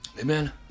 Amen